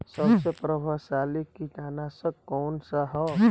सबसे प्रभावशाली कीटनाशक कउन सा ह?